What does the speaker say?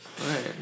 right